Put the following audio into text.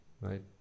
right